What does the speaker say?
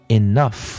enough